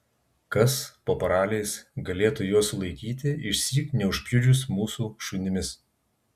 kas po paraliais galėtų juos sulaikyti išsyk neužpjudžius mūsų šunimis